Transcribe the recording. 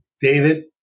David